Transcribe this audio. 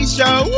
show